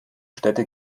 städte